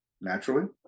naturally